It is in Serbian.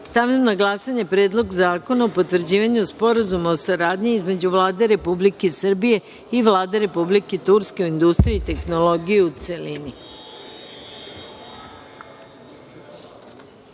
zakona. Stavljam na glasanje Predlog Zakona o potvrđivanju Sporazuma o saradnji između Vlade Republike Srbije i Vlade Republike Turske u industriji i tehnologiji, u